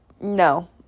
No